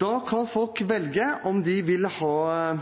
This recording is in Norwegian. Da kan folk velge om de vil ha